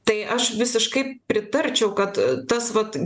tai aš visiškai pritarčiau kad tas vat